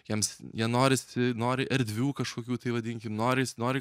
jiems jie norisi nori erdvių kažkokių tai vadinkim noris nori